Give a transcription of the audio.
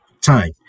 time